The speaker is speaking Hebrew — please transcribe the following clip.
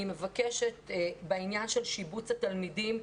אני מבקשת בעניין של שיבוץ התלמידים,